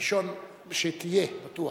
ראשון, שתהיה בטוח.